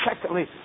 Secondly